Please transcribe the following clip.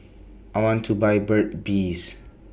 I want to Buy Burt's Bees